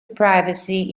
privacy